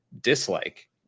dislike